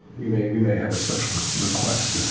we may we may have a special request,